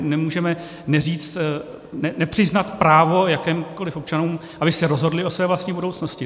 Nemůžeme neříct, nepřiznat právo jakýmkoli občanům, aby se rozhodli o své vlastní budoucnosti.